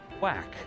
Whack